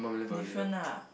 different lah